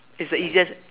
it's the easiest